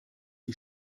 die